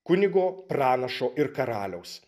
kunigo pranašo ir karaliaus